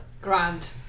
Grand